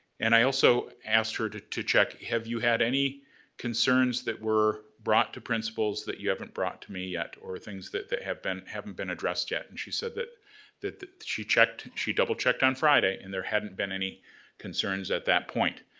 and i also asked her to to check have you had any concerns that were brought to principals that you haven't brought to me yet, or things that that haven't been addressed yet, and she said that that she checked, she double-checked on friday, and there hadn't been any concerns at that point.